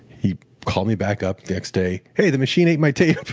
he called me back up the next day, hey, the machine ate my tape.